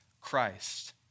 Christ